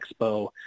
Expo